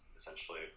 Essentially